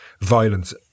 violence